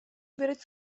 ubierać